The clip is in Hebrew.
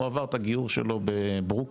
הוא עבר את הגיור שלו בברוקלין,